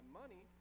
money